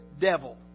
devil